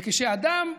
וכשאדם,